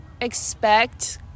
expect